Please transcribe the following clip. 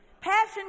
Passion